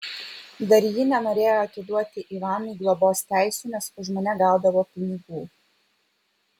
dar ji nenorėjo atiduoti ivanui globos teisių nes už mane gaudavo pinigų